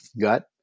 gut